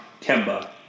Kemba